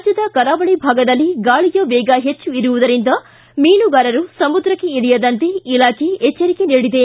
ರಾಜ್ಯದ ಕರಾವಳಿ ಭಾಗದಲ್ಲಿ ಗಾಳಿಯ ವೇಗ ಹೆಚ್ಚು ಇರುವುದರಿಂದ ಮೀನುಗಾರರು ಸಮುದ್ರಕ್ಕೆ ಇಳಿಯದಂತೆ ಇಲಾಖೆ ಎಚ್ವರಿಕೆ ನೀಡಿದೆ